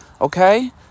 Okay